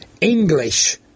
English